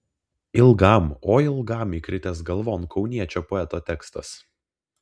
ilgam oi ilgam įkritęs galvon kauniečio poeto tekstas